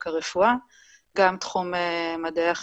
ו-5M,